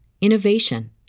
innovation